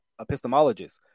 epistemologists